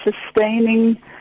sustaining